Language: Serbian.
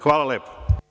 Hvala lepo.